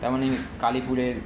তেমনই কালীপুরের